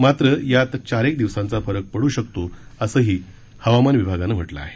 मात्र यात चार एक दिवसांचा फरक पडू शकतो असंही हवामान विभागानं म्हटलं आहे